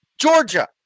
Georgia